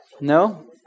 No